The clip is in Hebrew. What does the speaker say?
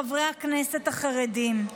חברי הכנסת החרדים.